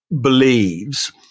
believes